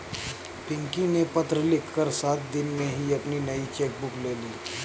पिंकी ने पत्र लिखकर सात दिन में ही अपनी नयी चेक बुक ले ली